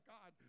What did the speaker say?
God